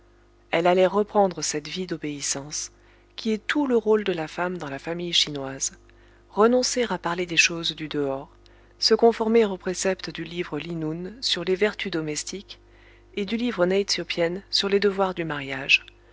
elle allait reprendre cette vie d'obéissance qui est tout le rôle de la femme dans la famille chinoise renoncer à parler des choses du dehors se conformer aux préceptes du livre li nun sur les vertus domestiques et du livre nei tso pien sur les devoirs du mariage